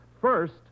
first